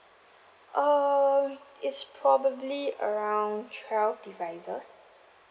um it's probably around twelve devices